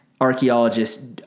Archaeologists